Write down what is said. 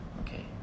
Okay